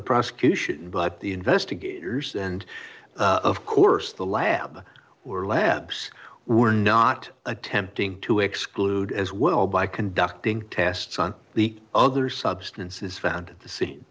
the prosecution but the investigators and of course the lab were labs were not attempting to exclude as well by conducting tests on the other substances found at t